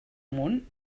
munt